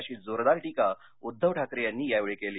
अशी जोरदार टीका उद्धव ठाकरे यांनी यावेळी केली